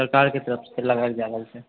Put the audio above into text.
सरकारके तरफसँ लगाएल जा रहल छै